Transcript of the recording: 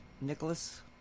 Nicholas